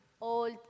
old